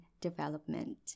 development